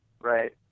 right